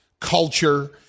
culture